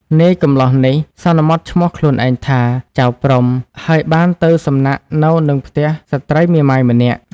នាយកំលោះនេះ សន្មតឈ្មោះខ្លួនឯងថា ចៅព្រហ្ម ហើយបានទៅសំណាក់នៅនឹងផ្ទះស្ត្រីមេម៉ាយម្នាក់។